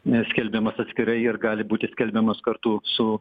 neskelbiamas atskirai ir gali būti skelbiamas kartu su